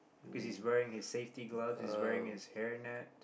cause he's wearing his safety gloves he's wearing his hair net